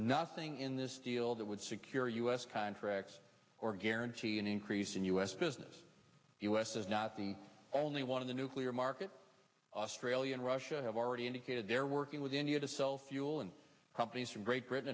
nothing in this deal that would secure u s contracts or guarantee an increase in u s business u s is not the only one of the nuclear market australia and russia have already indicated they're working with india to sell fuel and companies from great